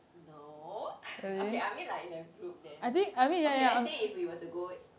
no okay I mean like in a group then like okay let's say if we were to go